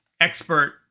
expert